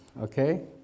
okay